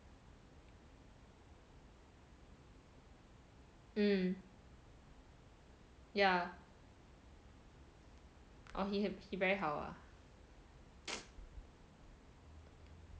um yeah orh he he very 好 ah